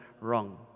wrong